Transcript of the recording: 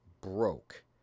broke